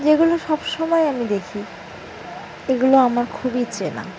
যেগুলো সব সময় আমি দেখি এগুলো আমার খুবই চেনা